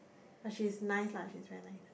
but she's nice lah she's very nice